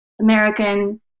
American